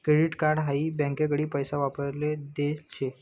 credit card हाई बँकाकडीन पैसा वापराले देल शे